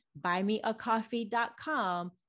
buymeacoffee.com